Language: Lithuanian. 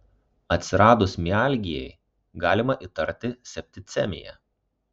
atsiradus mialgijai galima įtarti septicemiją